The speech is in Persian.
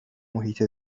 محیط